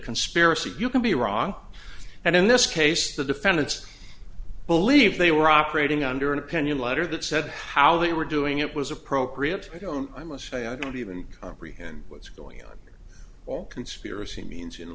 conspiracy you can be wrong and in this case the defendants believe they were operating under an opinion letter that said how they were doing it was appropriate i must say i don't even pretend what's going on or conspiracy means in